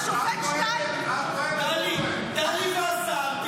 טלי והשר,